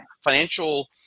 financial